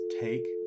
take